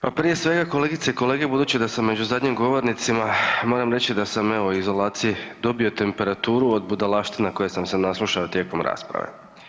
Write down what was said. Pa prije svega kolegice i kolege budući da sam među zadnjim govornicima moram reći da sam evo u izolaciji dobio temperaturu od budalaština kojih sam se naslušao tijekom rasprave.